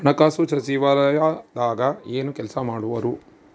ಹಣಕಾಸು ಸಚಿವಾಲಯದಾಗ ಏನು ಕೆಲಸ ಮಾಡುವರು?